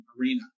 arena